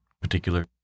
particular